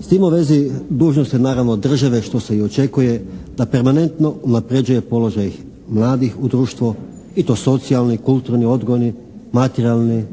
S tim u vezi dužnost je naravno države što se i očekuje da permanentno unapređuje položaj mladih u društvo i to socijalni, kulturni, odgojni, materijalni